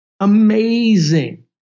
Amazing